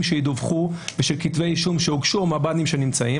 שידווחו ושל כתבי אישום שהוגשו או מב"דים שנמצאים.